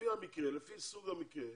לפי המקרה, לפי סוג המקרה,